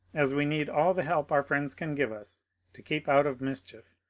as we need all the help our friends can give us to keep out of mischief,